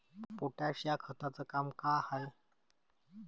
Potash या खताचं काम का हाय?